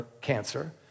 cancer